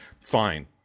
fine